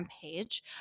page